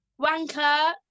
Wanker